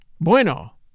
bueno